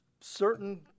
certain